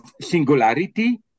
singularity